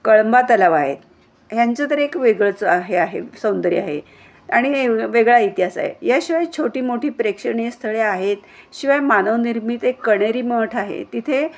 कळंबा तलाव आहे ह्यांचं तर एक वेगळंचं हे आहे सौंदर्य आहे आणि वेगळा इतिहास आहे याशिवाय छोटी मोठी प्रेक्षणीय स्थळे आहेत शिवाय मानवनिर्मित एक कणेरी मठ आहे तिथे